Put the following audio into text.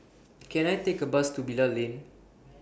Can I Take A Bus to Bilal Lane